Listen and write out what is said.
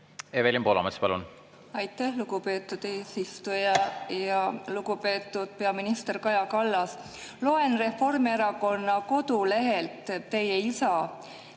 Evelin Poolamets, palun! Aitäh, lugupeetud eesistuja! Lugupeetud peaminister Kaja Kallas! Loen Reformierakonna kodulehelt teie isa